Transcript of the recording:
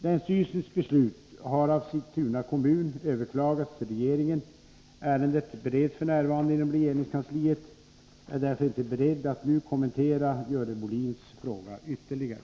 Länsstyrelsens beslut har av Sigtuna kommun överklagats till regeringen. Ärendet bereds f.n. inom regeringskansliet. Jag är därför inte beredd att nu kommentera Görel Bohlins fråga ytterligare.